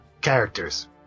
characters